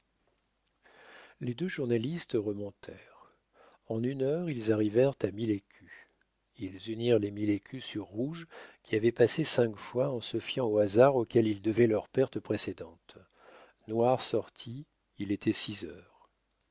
les deux journalistes remontèrent en une heure ils arrivèrent à mille écus ils mirent les mille écus sur rouge qui avait passé cinq fois en se fiant au hasard auquel ils devaient leur perte précédente noir sortit il était six heures